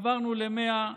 עברנו ל-100,